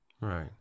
Right